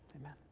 Amen